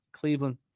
Cleveland